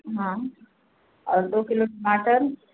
हाँ और दो किलो टमाटर